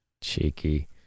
cheeky